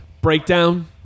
Breakdown